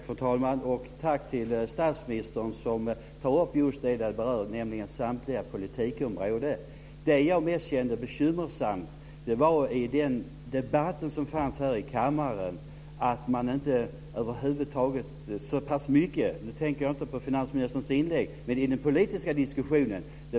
Fru talman! Jag vill tacka statsministern för att han tar upp just att detta berör samtliga politikområden. Det som bekymrade mig mest var att denna frågeställning togs upp så knapphändigt i kammardebatten. Jag tänker nu inte på finansministerns inlägg utan på hela den politiska diskussionen.